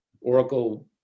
Oracle